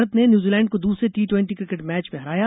भारत ने न्यूजीलैड को दूसरे टी ट्वेन्टी किकेट मैंच में हराया